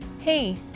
Hey